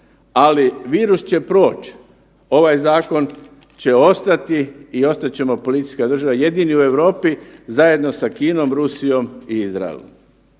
ali virus će proć, ovaj zakon će ostati i ostat ćemo policijska država jedini u Europi zajedno sa Kinom, Rusijom i Izraelom.